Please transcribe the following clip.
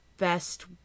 best